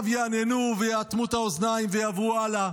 עכשיו יהנהנו, ויאטמו את האוזניים ויעברו הלאה.